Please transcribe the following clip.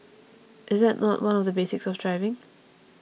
is that not one of the basics of driving